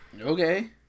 Okay